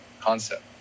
concept